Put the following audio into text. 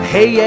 Hey